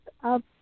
up